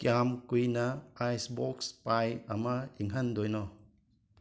ꯀꯌꯥꯝ ꯀꯨꯏꯅ ꯑꯥꯏꯁꯕꯣꯛꯁ ꯄꯥꯏ ꯑꯃ ꯏꯪꯍꯟꯗꯣꯏꯅꯣ